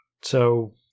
so-